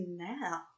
now